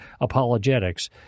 apologetics